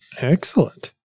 Excellent